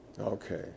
okay